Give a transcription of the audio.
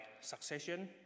succession